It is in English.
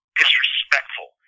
disrespectful